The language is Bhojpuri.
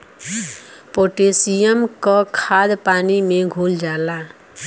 पोटेशियम क खाद पानी में घुल जाला